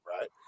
Right